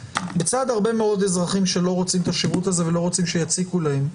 שבצד הרבה מאוד אזרחים שלא רוצים את השירות הזה ולא רוצים שיציקו להם,